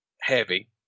heavy